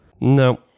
no